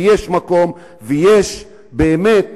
ויש מקום ויש באמת,